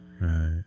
Right